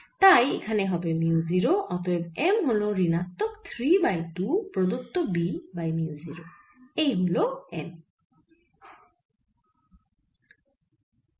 তাই এখানে হবে মিউ 0 অতএব M হল ঋণাত্মক 3 বাই 2 প্রদত্ত B বাই মিউ 0 এই হল M